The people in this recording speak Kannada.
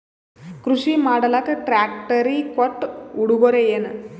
ಕೃಷಿ ಮಾಡಲಾಕ ಟ್ರಾಕ್ಟರಿ ಕೊಟ್ಟ ಉಡುಗೊರೆಯೇನ?